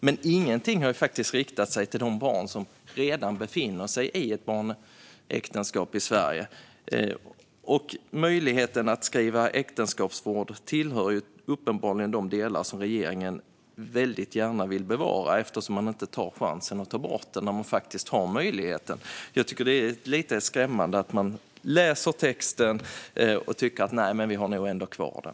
Men ingenting har riktat sig till de barn som redan befinner sig i barnäktenskap i Sverige. Möjligheten att skriva äktenskapsförord tillhör uppenbarligen de delar som regeringen väldigt gärna vill bevara, eftersom man inte tar chansen att ta bort den när chansen finns. Jag tycker att det är lite skrämmande att man läser texten och tycker: Nej, vi ska nog ändå ha kvar den.